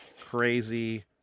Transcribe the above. crazy